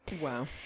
Wow